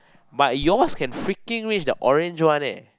but yours can freaking reach the orange one eh